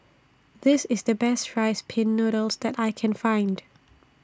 This IS The Best Rice Pin Noodles that I Can Find